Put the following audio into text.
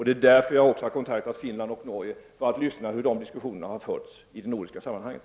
Därför har jag också kontaktat personer i Finland och Norge för att lyssna till hur diskussionerna förts i det nordiska sammanhanget.